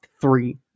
three